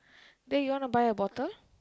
then you want buy a bottle